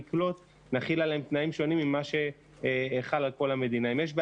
ככל שזה